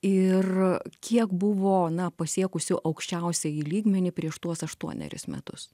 ir kiek buvo na pasiekusių aukščiausiąjį lygmenį prieš tuos aštuonerius metus